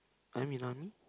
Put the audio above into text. I'm in army